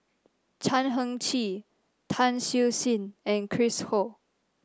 Chan Heng Chee Tan Siew Sin and Chris Ho